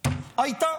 הייתה,